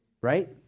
Right